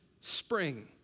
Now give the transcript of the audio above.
spring